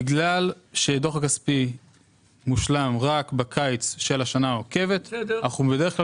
בגלל שהדוח הכספי מושלם רק בקיץ של השנה העוקבת אנחנו בדרך כלל